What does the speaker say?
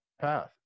path